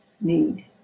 need